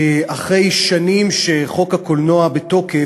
אחרי שנים שחוק הקולנוע בתוקף,